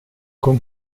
con